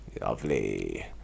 Lovely